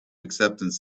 acceptance